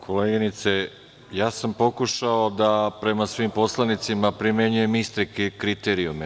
Koleginice, ja sam pokušao da prema svim poslanicima primenjujem iste kriterijume.